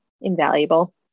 invaluable